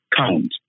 count